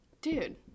dude